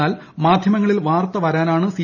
എന്നാൽ മാധ്യമങ്ങളിൽ വാർത്ത വരാനാണ് സി